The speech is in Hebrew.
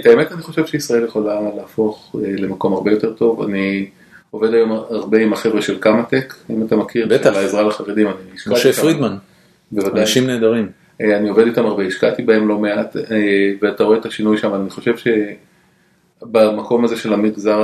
את האמת אני חושב שישראל יכולה להפוך למקום הרבה יותר טוב, אני עובד היום הרבה עם החבר'ה של כמהטק, אם אתה מכיר. בטח. בעזרה לחבדים. משה פרידמן. אנשים נהדרים. אני עובד איתם הרבה, השקעתי בהם לא מעט, ואתה רואה את השינוי שם, אני חושב שבמקום הזה של המגזר הזה,